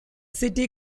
city